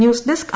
news desk